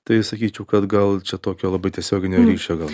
tai sakyčiau kad gal čia tokio labai tiesioginio ryšio gal